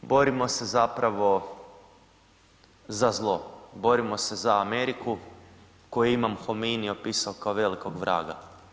Borimo se zapravo za zlo, borimo se za Ameriku koju je Imam Homeini opisao kao velikog vraga.